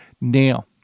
Now